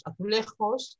Azulejos